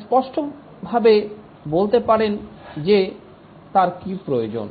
স্পষ্টভাবে বলতে পারেন যে তার কী প্রয়োজন